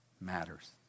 matters